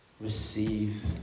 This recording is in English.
Receive